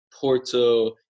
Porto